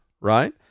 right